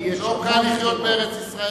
לא קל לחיות בארץ-ישראל,